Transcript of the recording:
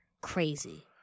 crazy